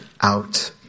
out